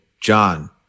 John